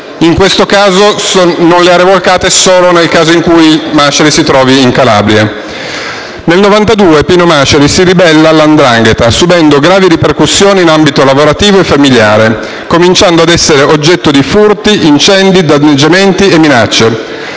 in questo caso non le ha revocate solo nel caso in cui Masciari si trovi in Calabria. Nel 1992 Pino Masciari si ribella alla 'ndrangheta, subendo gravi ripercussioni in ambito lavorativo e familiare, cominciando ad essere oggetto di furti, incendi, danneggiamenti e minacce.